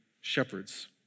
shepherds